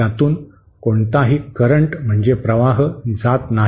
त्यातून कोणताही करंट म्हणजे प्रवाह जात नाही